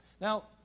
now